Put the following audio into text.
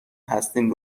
هستیم